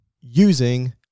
using